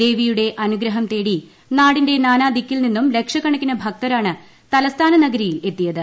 ദേവിയുടെ അനുഗ്രഹം തേടി നാടിന്റെ നാനാദിക്കിൽ നിന്നും ലക്ഷക്കണക്കിനും ഭക്തരാണ് തലസ്ഥാന നഗരിയിൽ എത്തിയത്